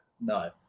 No